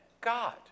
God